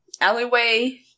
alleyway